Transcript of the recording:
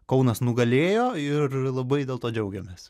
kaunas nugalėjo ir labai dėl to džiaugiamės